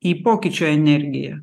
į pokyčio energiją